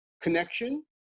connection